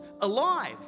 alive